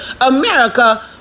America